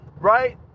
right